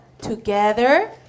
together